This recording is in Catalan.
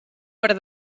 per